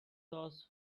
sauce